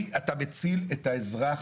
אתה מציל פה את האזרח.